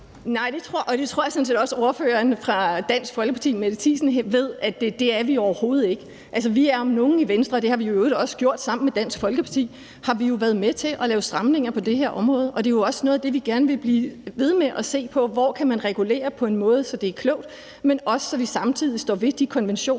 Nej, og jeg tror sådan set også, at ordføreren for Dansk Folkeparti fru Mette Thiesen ved, at det er vi overhovedet ikke. Altså, vi har om nogen i Venstre – og det har vi i øvrigt også gjort sammen med Dansk Folkeparti – været med til at lave stramninger på det her område, og det er jo også noget af det, vi gerne vil blive ved med at se på. Altså, hvor kan man regulere på en måde, så det er klogt, og så vi samtidig står ved de konventioner,